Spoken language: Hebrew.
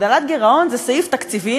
הגדלת גירעון זה סעיף תקציבי.